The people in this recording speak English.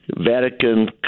Vatican